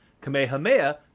Kamehameha